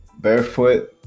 barefoot